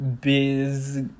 biz